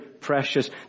precious